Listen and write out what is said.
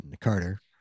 carter